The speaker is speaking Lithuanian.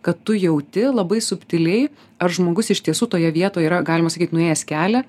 kad tu jauti labai subtiliai ar žmogus iš tiesų toje vietoje yra galima sakyt nuėjęs kelią